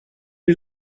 est